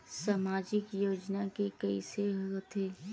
सामाजिक योजना के कइसे होथे?